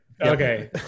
okay